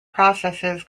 processes